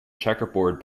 checkerboard